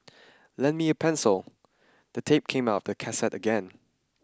lend me a pencil the tape came out of the cassette again